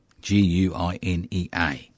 G-U-I-N-E-A